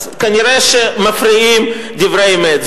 אז כנראה שמפריעים דברי אמת.